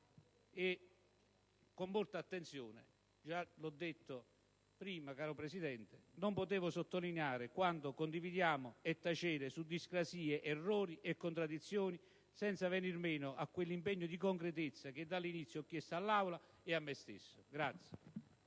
avuto modo di dire in precedenza. Signor Presidente, non potevo sottolineare quanto condividiamo e tacere su discrasie, errori e contraddizioni senza venir meno a quell'impegno di concretezza che dall'inizio ho chiesto all'Aula e a me stesso.